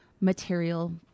material